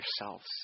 yourselves